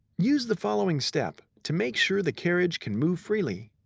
use the following step to make sure the carriage can move freely.